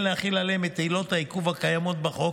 להחיל עליהם את עילות העיכוב הקיימות בחוק,